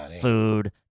Food